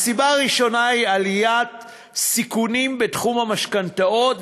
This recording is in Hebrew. "הסיבה הראשונה היא עליית סיכונים בתחום המשכנתאות,